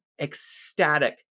ecstatic